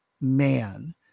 man